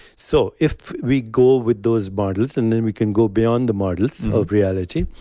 so if we go with those models and then we can go beyond the models of reality,